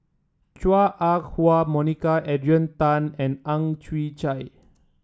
Chua Ah Huwa Monica Adrian Tan and Ang Chwee Chai